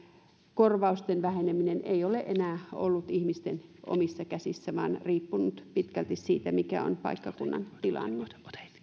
korvausten väheneminen ei ole enää ollut ihmisten omissa käsissä vaan riippunut pitkälti siitä mikä on paikkakunnan tilanne